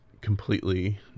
completely